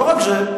לא רק זה,